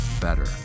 better